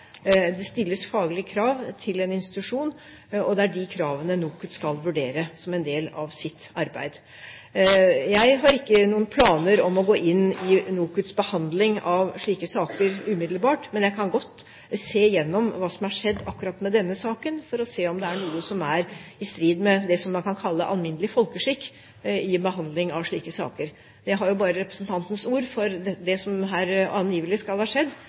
det stilles faglige krav til en institusjon, og det er de kravene NOKUT skal vurdere som en del av sitt arbeid. Jeg har ikke noen planer om å gå inn i NOKUTs behandling av slike saker umiddelbart, men jeg kan godt se gjennom hva som har skjedd akkurat med denne saken for å se om det er noe som er i strid med det man kan kalle alminnelig folkeskikk i behandlingen av slike saker. Jeg har bare representanten Harbergs ord for det som her angivelig skal ha skjedd,